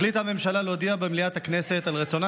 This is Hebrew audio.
החליטה הממשלה להודיע במליאת הכנסת על רצונה